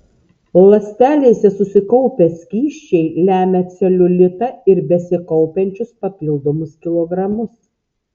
ląstelėse susikaupę skysčiai lemia celiulitą ir besikaupiančius papildomus kilogramus